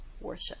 worship